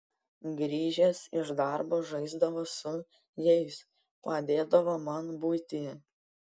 grįžęs iš darbo žaisdavo su jais padėdavo man buityje